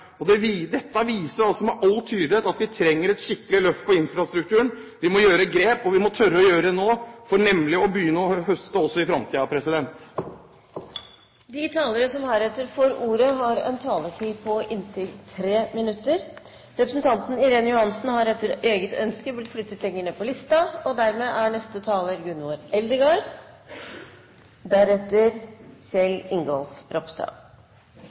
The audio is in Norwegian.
Dette viser med all tydelighet at vi trenger et skikkelig løft for infrastrukturen. Vi må ta grep, og vi må tørre å gjøre det nå for å kunne høste i fremtiden. De talere som heretter får ordet, har en taletid på inntil 3 minutter. Me skal i dag vedta revidert nasjonalbudsjett. I det reviderte nasjonalbudsjettet er det tre hovudomsyn: Det er arbeid og sysselsetjing, det er